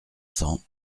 cents